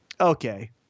okay